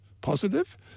positive